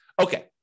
Okay